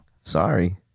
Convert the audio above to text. sorry